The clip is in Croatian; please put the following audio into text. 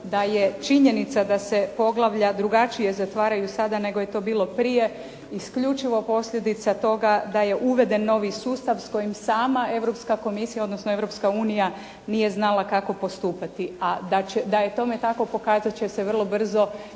da je činjenica da se poglavlja drugačije zatvaraju sada nego je to bilo prije, isključivo posljedica toga, da je uveden novi sustav s kojim sama Europska komisija, odnosno Europska unija nije znala kako postupati. A da je tome tako pokazati će se vrlo brzo kada